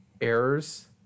errors